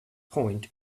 point